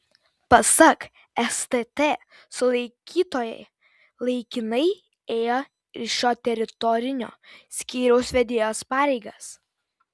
pasak stt sulaikytoji laikinai ėjo ir šio teritorinio skyriaus vedėjos pareigas